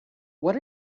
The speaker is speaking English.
what